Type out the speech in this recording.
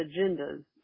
agendas